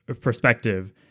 perspective